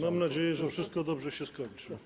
Mam nadzieję, że wszystko dobrze się skończy.